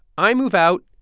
i move out,